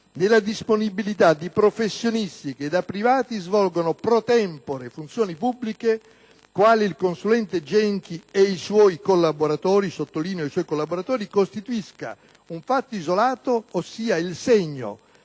nella disponibilità di professionisti che da privati svolgono, *pro tempore*, funzioni pubbliche, quali il dottor Genchi e - lo voglio sottolineare - i suoi collaboratori, costituisca un fatto isolato, ovvero sia il segno,